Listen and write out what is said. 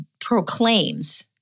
proclaims